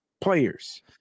players